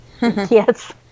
Yes